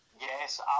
Yes